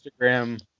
Instagram